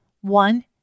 One